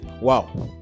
Wow